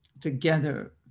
together